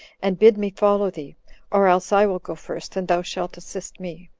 and bid me follow thee or else i will go first, and thou shalt assist me,